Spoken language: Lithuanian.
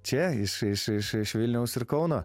čia iš iš iš iš vilniaus ir kauno